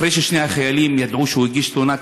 אחרי ששני החיילים ידעו שהוא הגיש תלונה,